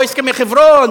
לא הסכמי חברון,